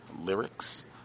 lyrics